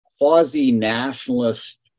quasi-nationalist